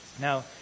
Now